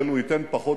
שלו,